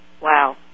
Wow